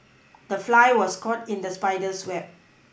the fly was caught in the spider's web